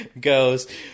goes